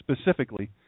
specifically